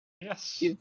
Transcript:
Yes